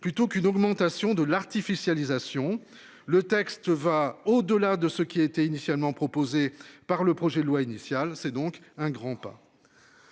plutôt qu'une augmentation de l'artificialisation le texte va au-delà de ce qui était initialement proposé par le projet de loi initial, c'est donc un grand pas.